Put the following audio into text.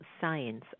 Science